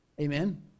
amen